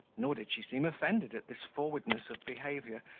nor did she seem offended at this forwardness of behaviour,